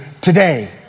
today